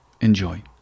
Enjoy